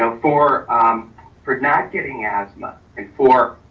so for um for not getting asthma and for,